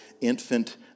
infant